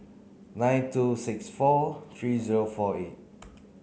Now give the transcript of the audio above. nine two six four three zero four eight